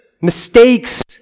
mistakes